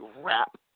rap